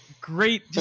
Great